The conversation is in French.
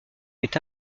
est